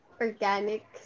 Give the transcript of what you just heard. organic